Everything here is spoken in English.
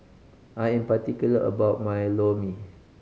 I am particular about my Lor Mee